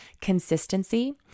consistency